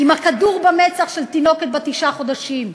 עם הכדור במצח של תינוקת בת תשעה חודשים.